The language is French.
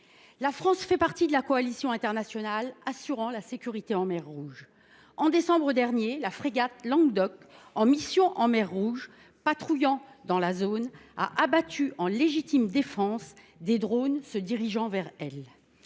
La France fait partie de la coalition internationale assurant la sécurité en mer Rouge. En décembre dernier, la frégate, en mission en mer Rouge, patrouillant dans la zone, a abattu en légitime défense des drones se dirigeant vers elle.